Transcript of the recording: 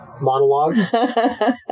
monologue